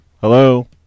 Hello